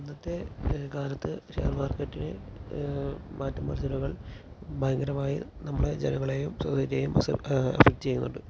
ഇന്നത്തെ കാലത്ത് ഷെയർ മാർക്കറ്റില് മാറ്റം മറിച്ചിലുകൾ ഭയങ്കരമായി നമ്മുടെ ജനങ്ങളേയും സൊസൈറ്റിയെയും എഫക്ട് ചെയ്യുന്നുണ്ട്